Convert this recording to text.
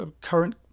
current